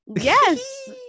Yes